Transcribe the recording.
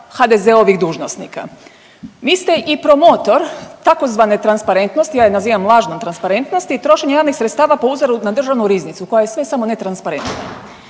HDZ-ovih dužnosnika. Vi ste i promotor tzv. transparentnosti, ja je nazivam lažnom transparentnosti i trošenje javnih sredstava po uzoru na državnu riznicu koja je sve samo ne transparentna.